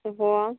ꯑꯣꯍꯣ